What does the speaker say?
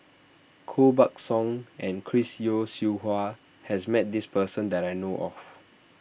Koh Buck Song and Chris Yeo Siew Hua has met this person that I know of